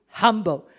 humble